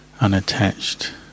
unattached